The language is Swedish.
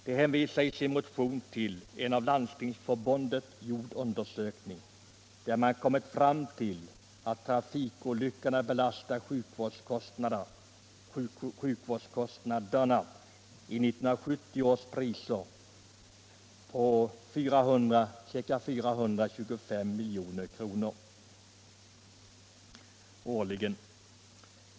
De hänvisar i sin motion till en av Landstingsförbundet gjord undersökning, där man kommit fram till att trafikolyckorna belastar sjukvårdskostnaderna i 1970 års priser med ca 425 milj.kr. årligen.